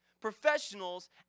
professionals